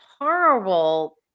horrible